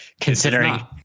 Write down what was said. considering